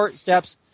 steps